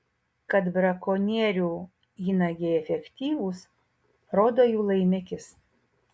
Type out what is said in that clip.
kad brakonierių įnagiai efektyvūs rodo jų laimikis